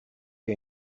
che